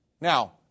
Now